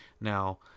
Now